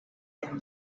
him